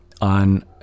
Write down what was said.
on